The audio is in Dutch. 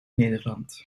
nederland